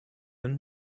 than